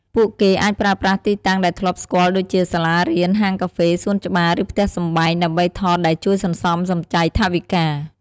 ពួកគេអាចប្រើប្រាស់ទីតាំងដែលធ្លាប់ស្គាល់ដូចជា សាលារៀន ហាងកាហ្វេ សួនច្បារ ឬផ្ទះសម្បែង ដើម្បីថត ដែលជួយសន្សំសំចៃថវិកា។